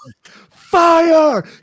fire